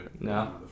No